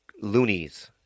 loonies